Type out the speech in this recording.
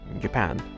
Japan